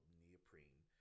neoprene